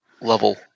level